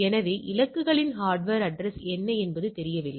எனவே இலக்குகளின் hardware address என்ன என்பது தெரியவில்லை